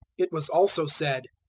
it was also said,